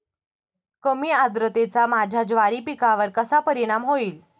कमी आर्द्रतेचा माझ्या ज्वारी पिकावर कसा परिणाम होईल?